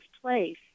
place